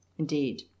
indeed